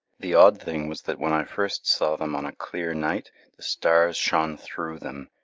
the odd thing was that when i first saw them on a clear night, the stars shone through them,